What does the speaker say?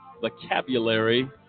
vocabulary